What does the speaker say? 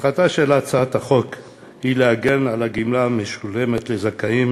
מטרתה של הצעת החוק היא להגן על הגמלה המשולמת לזכאים